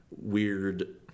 weird